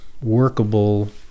workable